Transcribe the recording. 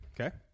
Okay